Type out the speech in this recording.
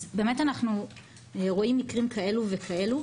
אז באמת אנחנו רואים מקרים כאלו וכאלו.